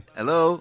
hello